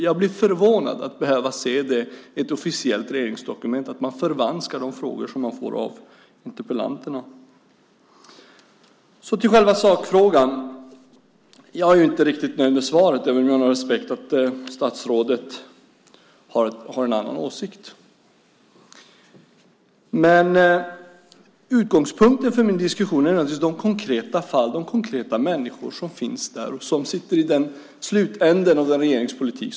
Jag blir förvånad över att jag i ett regeringsdokument får se hur interpellantens frågor har förvanskats. Så till själva sakfrågan. Jag är inte riktigt nöjd med svaret, även om jag har respekt för att statsrådet har en annan åsikt. Utgångspunkten för min diskussion är de konkreta fall, de människor, som finns i slutändan av den förda regeringspolitiken.